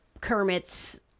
kermit's